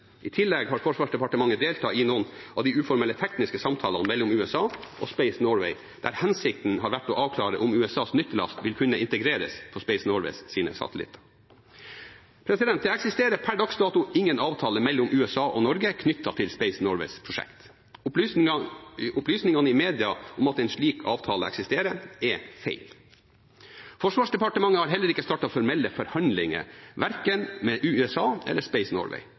I tillegg har Forsvarsdepartementet deltatt i noen av de uformelle tekniske samtalene mellom USA og Space Norway, der hensikten har vært å avklare om USAs nyttelast vil kunne integreres på Space Norways satellitter. Det eksisterer per dags dato ingen avtale mellom USA og Norge knyttet til Space Norways prosjekt. Opplysningene i media om at en slik avtale eksisterer, er feil. Forsvarsdepartementet har heller ikke startet formelle forhandlinger, verken med USA eller